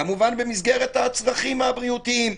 כמובן, במסגרת הצרכים הבריאותיים.